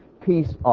peace